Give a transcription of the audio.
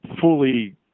fully